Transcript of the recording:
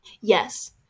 Yes